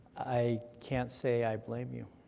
i can't say i blame you.